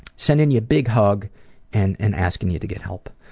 sending you a big hug and and asking you to get help.